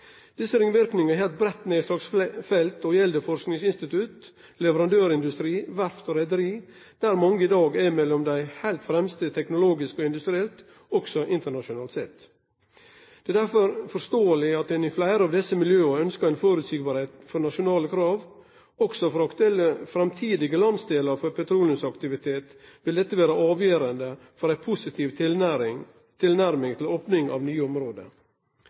Desse ringverknadene har eit breitt nedslagsfelt og gjeld forskingsinstitutt, leverandørindustri, verft og reiarlag, der mange i dag er blant dei heilt fremste teknologisk og industrielt, òg internasjonalt sett. Det er derfor forståeleg at ein i fleire av desse miljøa ønskjer føreseielegheit for nasjonale krav. Også for aktuelle framtidige landsdelar for petroleumsaktivitet vil dette vere avgjerande for ei positiv tilnærming til opning av nye område.